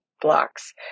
blocks